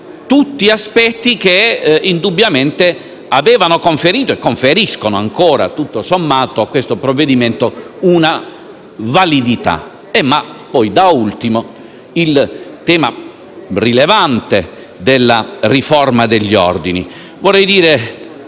tutti aspetti che indubbiamente avevano conferito e conferiscono ancora, tutto sommato, a questo provvedimento una validità. Da ultimo, c'è il tema rilevante della riforma degli ordini,